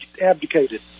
abdicated